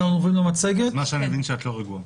אני מבין שאת לא רגועה.